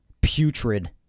putrid